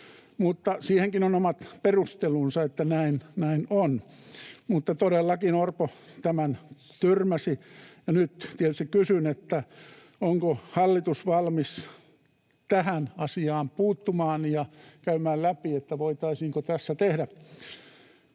Siihenkin on omat perustelunsa, että näin on, mutta todellakin Orpo tämän tyrmäsi. Ja nyt tietysti kysyn, onko hallitus valmis tähän asiaan puuttumaan ja käymään läpi sitä, voitaisiinko tässä tehdä